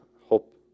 hope